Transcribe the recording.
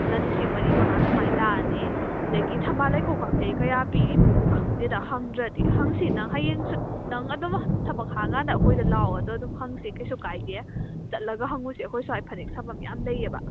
ꯑꯗꯨꯅ ꯂꯤꯁꯤꯡ ꯃꯔꯤ ꯃꯉꯥ ꯁꯨꯃꯥꯏꯅ ꯂꯥꯛꯑꯅꯤ ꯑꯗꯨꯗꯒꯤ ꯊꯝꯕꯥꯜ ꯂꯩꯈꯣꯛ ꯀꯥꯛꯁꯦ ꯀꯌꯥ ꯄꯤꯔꯤꯃꯣꯕꯨ ꯈꯪꯗꯦꯗ ꯍꯪꯗ꯭ꯔꯗꯤ ꯍꯪꯁꯤ ꯅꯪ ꯍꯌꯦꯡ ꯅꯪ ꯑꯗꯨꯝ ꯊꯕꯛ ꯍꯥꯡꯉ ꯀꯥꯟꯗ ꯑꯩꯈꯣꯏꯗ ꯂꯥꯛꯑꯣ ꯑꯗꯣ ꯑꯗꯨꯝ ꯍꯪꯁꯤ ꯀꯩꯁꯨ ꯀꯥꯏꯗꯦ ꯆꯠꯂꯒ ꯍꯪꯉꯨꯁꯤ ꯑꯩꯈꯣꯏ ꯁ꯭ꯋꯥꯏ ꯐꯅꯦꯛ ꯁꯥꯐꯝ ꯌꯥꯝ ꯂꯩꯑꯦꯕ